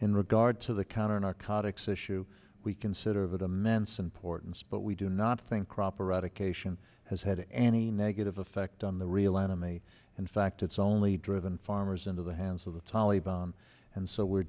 in regard to the counter narcotics issue we consider that immense importance but we do not think crop eradication has had any negative effect on the real enemy in fact it's only driven farmers into the hands of the taliban and so we're